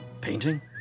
Painting